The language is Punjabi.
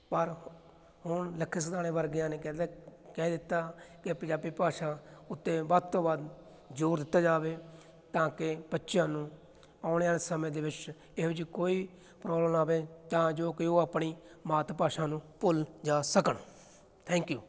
ਪਰ ਹੁਣ ਲੱਖੇ ਸਿਧਾਣੇ ਵਰਗਿਆਂ ਨੇ ਕਹਿ ਤਾ ਕਹਿ ਦਿੱਤਾ ਕਿ ਪੰਜਾਬੀ ਭਾਸ਼ਾ ਉੱਤੇ ਵੱਧ ਤੋਂ ਵੱਧ ਜ਼ੋਰ ਦਿੱਤਾ ਜਾਵੇ ਤਾਂ ਕਿ ਬੱਚਿਆਂ ਨੂੰ ਆਉਣ ਵਾਲੇ ਸਮੇਂ ਦੇ ਵਿੱਚ ਇਹੋ ਜਿਹੀ ਕੋਈ ਪ੍ਰੋਬਲਮ ਨਾ ਆਵੇ ਤਾਂ ਜੋ ਕਿ ਉਹ ਆਪਣੀ ਮਾਤ ਭਾਸ਼ਾ ਨੂੰ ਭੁੱਲ ਜਾ ਸਕਣ ਥੈਂਕ ਯੂ